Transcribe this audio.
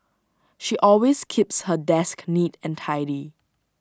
she always keeps her desk neat and tidy